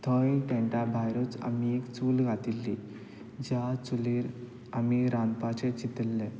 थंय टॅन्टा भायरूच आमी एक चूल घातिल्ली ज्या चुलीर आमी रांदपाचें चितिल्लें